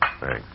Thanks